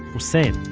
hussein,